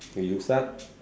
do you start